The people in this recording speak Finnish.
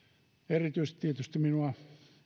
erityisesti minua